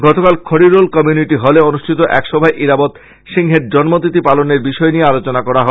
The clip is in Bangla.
গতকাল খরিরোল কম্যনিটি হলে অনুষ্ঠিত এক সভায় ইরাবত সিংহের জন্মতিথি পালনের বিষয় নিয়ে আলোচনা করা হয়